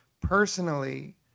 personally